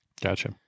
Gotcha